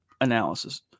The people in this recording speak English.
analysis